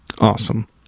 Awesome